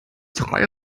drei